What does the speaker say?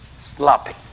sloppy